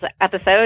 episode